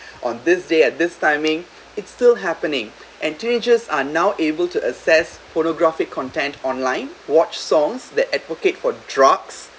on this day at this timing it's still happening and changes are now able to assess pornographic content online watch songs that advocate for drugs